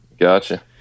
Gotcha